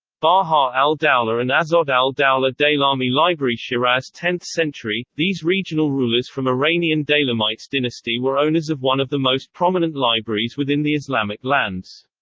baha al-dowleh and azod al-dowleh daylami library-shiraz tenth century these regional rulers from iranian daylamites dynasty were owners of one of the most prominent libraries within the islamic lands.